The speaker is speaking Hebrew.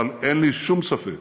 אבל אין לי שום ספק